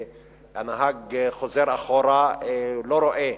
הנהג חוזר אחורה ולא רואה,